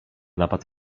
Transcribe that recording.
napad